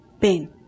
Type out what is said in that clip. pain